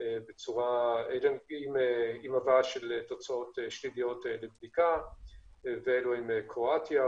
עם הבאה של תוצאות שליליות בבדיקה והן קרואטיה,